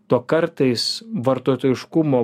to kartais vartotojiškumo